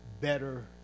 better